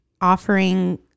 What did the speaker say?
offering